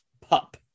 Pup